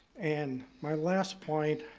and my last point,